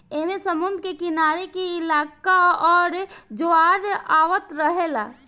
ऐमे समुद्र के किनारे के इलाका आउर ज्वार आवत रहेला